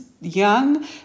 young